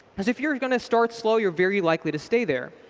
because if you're going to start slow, you're very likely to stay there.